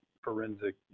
forensic